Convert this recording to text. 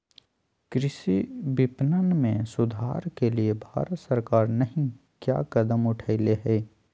कृषि विपणन में सुधार के लिए भारत सरकार नहीं क्या कदम उठैले हैय?